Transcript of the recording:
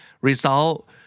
Result